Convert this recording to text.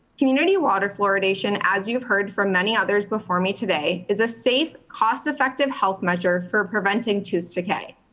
community water fluoridation, as you've heard from many others before me today, is a safe cost effective health measure for preventing tooth decay.